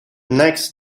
next